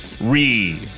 Re